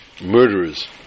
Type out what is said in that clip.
murderers